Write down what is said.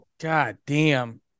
goddamn